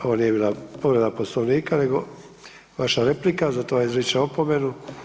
Ovo nije bila povreda Poslovnika nego vaša replika i zato vam izričem opomenu.